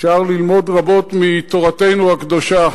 אפשר ללמוד רבות מתורתנו הקדושה,